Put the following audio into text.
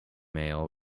male